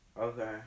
Okay